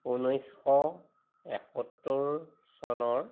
ঊনৈশ একসত্তৰ চনৰ